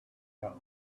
ago